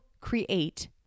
create